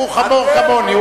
הוא חמור כמוני.